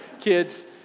Kids